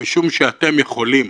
משום שאתם יכולים.